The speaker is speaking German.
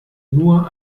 nur